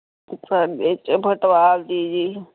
ਸਾਡੇ ਇੱਥੇ ਫੁੱਟਬਾਲ ਦੀ ਜੀ